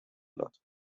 blatt